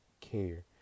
care